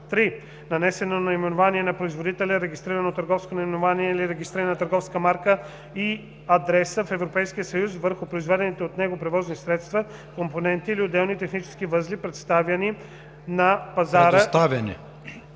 3. нанесено наименование на производителя, регистрирано търговско наименование или регистрирана търговска марка и адреса в Европейския съюз върху произведените от него превозни средства, компоненти или отделни технически възли, предоставяни на пазара, или, ако това не